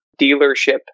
dealership